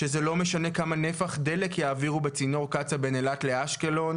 שזה לא משנה כמה נפח דלק יעבירו בצינור קצא"א בין אילת לבין אשקלון,